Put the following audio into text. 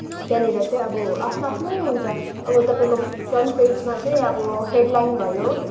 त्यहाँनिर चाहिँ अब आफ्नो आफ्नो हुन्छ अब तपाईँको फ्रन्ट पेजमा चाहिँ अब हेडलाइन भयो